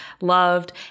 loved